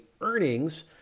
earnings